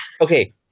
Okay